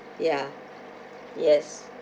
ya yes